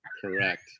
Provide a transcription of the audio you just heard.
Correct